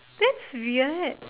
that's weird